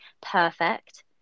perfect